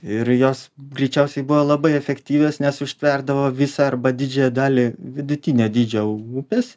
ir jos greičiausiai buvo labai efektyvios nes užtverdavo visą arba didžiąją dalį vidutinio dydžio upės